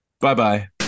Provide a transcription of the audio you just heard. Bye-bye